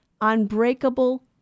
unbreakable